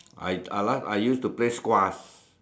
I I last I used to play squash